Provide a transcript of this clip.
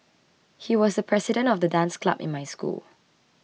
he was the president of the dance club in my school